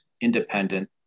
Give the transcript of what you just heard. independent